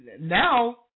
now